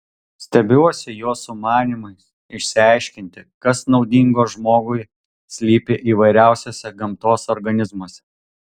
stebiuosi jo sumanymais išsiaiškinti kas naudingo žmogui slypi įvairiausiuose gamtos organizmuose